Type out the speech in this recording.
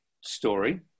story